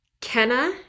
Kenna